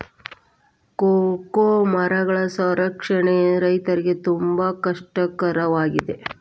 cocoa ಮರಗಳ ಸಂರಕ್ಷಣೆ ರೈತರಿಗೆ ತುಂಬಾ ಕಷ್ಟ ಕರವಾಗಿದೆ